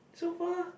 so far